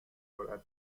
سرعت